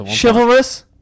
Chivalrous